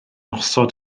osod